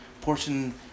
portion